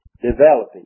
developing